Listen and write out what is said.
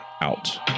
out